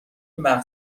مغر